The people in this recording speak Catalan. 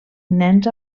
nens